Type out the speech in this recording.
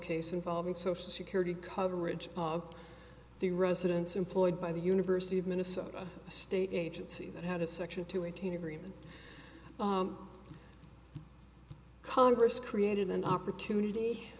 case involving social security coverage of the residence employed by the university of minnesota a state agency that had a section to eighteen agreement congress created an opportunity